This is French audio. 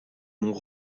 mont